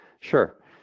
Sure